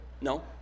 No